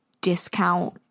discount